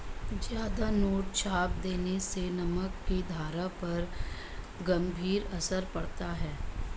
ज्यादा नोट छाप देने से नकद की धारा पर गंभीर असर पड़ता है